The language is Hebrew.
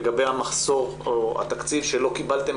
לגבי המחסור או התקציב שלא קיבלתם,